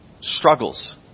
struggles